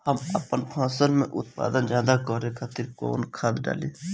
हम आपन फसल में उत्पादन ज्यदा करे खातिर कौन खाद डाली?